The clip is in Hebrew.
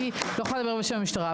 אני לא יכולה לדבר בשם המשטרה,